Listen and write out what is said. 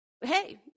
hey